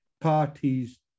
parties